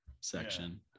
section